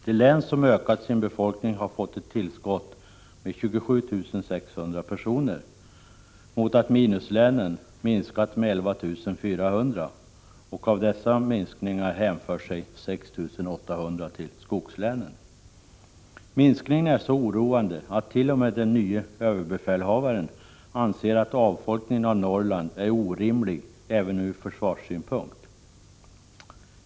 De län som ökat sin befolkning har fått ett tillskott med 27 600 personer mot att minuslänen minskat med 11 400, och av denna minskning hänför sig 6 800 till skogslänen. Minskningen är så oroande att t.o.m. den nye överbefälhavaren anser att avfolkningen av Norrland är orimlig även ur försvarssynpunkt.